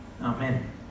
Amen